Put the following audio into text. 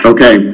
Okay